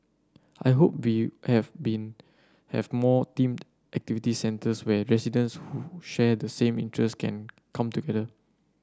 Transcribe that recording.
I hope have been have more themed activity centres where residents who share the same interest can come together